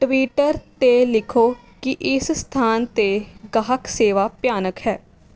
Twitter 'ਤੇ ਲਿਖੋ ਕਿ ਇਸ ਸਥਾਨ 'ਤੇ ਗਾਹਕ ਸੇਵਾ ਭਿਆਨਕ ਹੈ